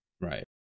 Right